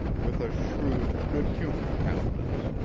with a shrewd, good-humored countenance,